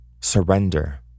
surrender